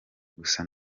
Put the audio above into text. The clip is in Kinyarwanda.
gusa